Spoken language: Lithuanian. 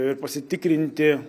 ir pasitikrinti